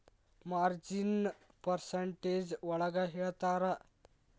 ಮಾರ್ಜಿನ್ನ percentage ಒಳಗ ಹೇಳ್ತರ